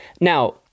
now